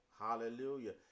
hallelujah